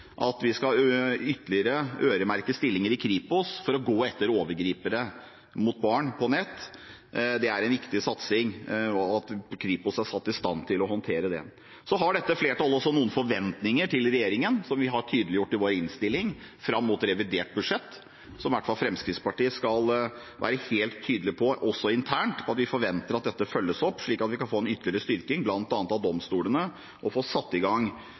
at vi skal øremerke flere stillinger i Kripos for å kunne gå etter overgripere mot barn på nettet. At Kripos er satt i stand til å håndtere det, er viktig. Som vi har tydeliggjort i innstillingen, har flertallet også noen forventninger til regjeringen fram mot revidert budsjett – som i hvert fall Fremskrittspartiet skal være helt tydelig på, også internt: Man forventer at dette følges opp slik at man får en ytterligere styrking, bl.a. av domstolene, og får satt i gang